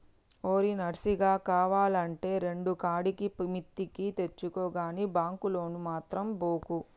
ఓరి నర్సిగా, కావాల్నంటే రెండుకాడికి మిత్తికి తెచ్చుకో గని బాంకు లోనుకు మాత్రం బోకు